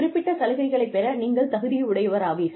குறிப்பிட்ட சலுகைகளைப் பெற நீங்கள் தகுதியுடையவராவீர்கள்